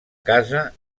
casa